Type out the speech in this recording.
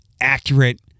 accurate